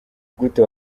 gute